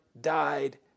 died